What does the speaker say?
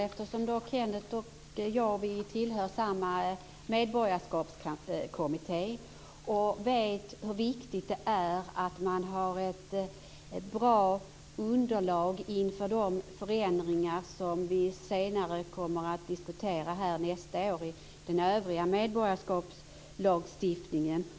Kenneth Johansson och jag är med i samma medborgarskapskommitté, och vi vet hur viktigt det är att det finns ett bra underlag inför de förändringar som vi senare skall diskutera angående den övriga medborgarskapslagstiftningen.